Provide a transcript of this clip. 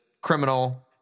criminal